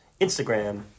Instagram